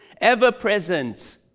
ever-present